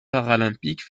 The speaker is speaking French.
paralympique